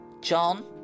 John